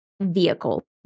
vehicle